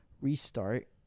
restart